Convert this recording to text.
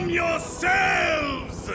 yourselves